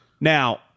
Now